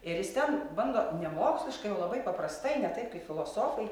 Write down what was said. ir jis ten bando ne moksliškai o labai paprastai ne taip kaip filosofai